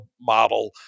model